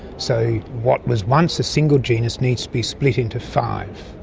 so what was once a single genus needs to be split into five.